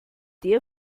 der